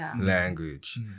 language